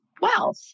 Wealth